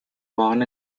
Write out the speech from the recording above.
born